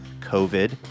COVID